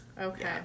Okay